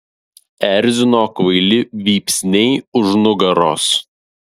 erzino kvaili vypsniai už nugaros